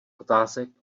otázek